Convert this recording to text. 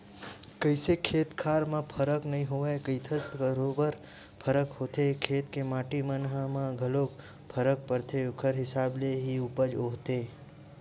कइसे खेत खार म फरक नइ होवय कहिथस बरोबर फरक होथे खेत के माटी मन म घलोक फरक परथे ओखर हिसाब ले ही उपज होथे